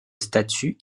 statut